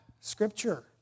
Scripture